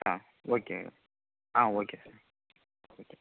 ah okay ah okay sir okay